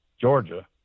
Georgia